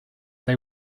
they